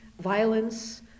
violence